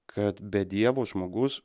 kad be dievo žmogus